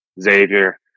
Xavier